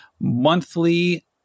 monthly